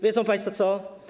Wiedzą państwo co?